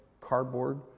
cardboard